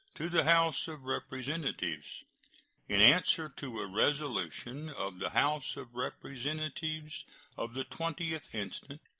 to the house of representatives in answer to a resolution of the house of representatives of the twentieth instant,